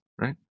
right